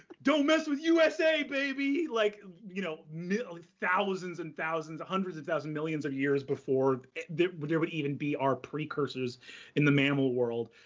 don't mess with usa, baby! like you know thousands and thousands, hundreds of thousand, millions of years before there would there would even be our precursors in the mammal world.